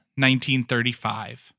1935